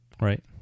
right